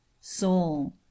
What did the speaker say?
Soul